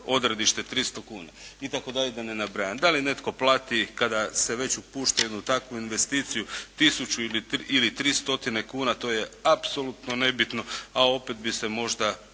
odredište 300 kuna itd. da ne nabrajam. Da li netko plati kada se već upusti u takvu investiciju tisuću ili 300 kuna to je apsolutno nebitno, a opet bi se možda